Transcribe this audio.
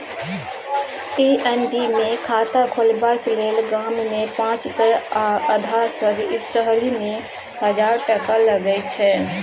PNB मे खाता खोलबाक लेल गाममे पाँच सय आ अधहा शहरीमे हजार टका लगै छै